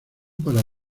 para